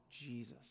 Jesus